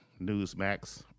Newsmax